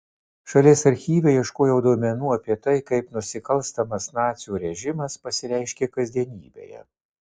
šalies archyve ieškojau duomenų apie tai kaip nusikalstamas nacių režimas pasireiškė kasdienybėje